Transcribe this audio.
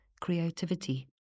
creativity